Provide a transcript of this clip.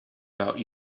about